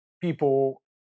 people